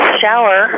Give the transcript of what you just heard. shower